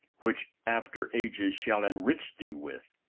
which after ages shall enrich thee with.